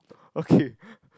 okay